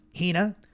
Hina